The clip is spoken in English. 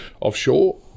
offshore